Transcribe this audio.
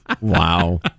wow